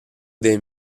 des